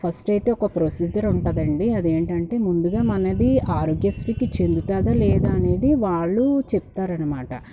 first అయితే ఒక procedure ఉంటుందండి అది ఏంటంటే ముందుగా మనది ఆరోగ్యశ్రీకి చెల్లుతుందా లేదా అనేది వాళ్ళు చెప్తారన్నమాట